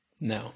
No